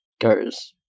Goes